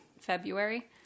February